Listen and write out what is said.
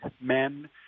men